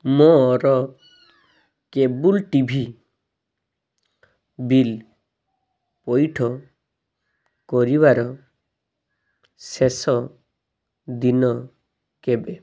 ମୋର cable TV bill ପଇଠ କରିବାର ଶେଷ ଦିନ କେବେ